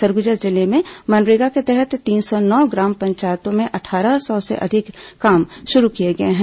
सरगुजा जिले में मनरेगा के तहत तीन सौ नौ ग्राम पंचायतों में अट्ठारह सौ से अधिक काम शुरू किए गए हैं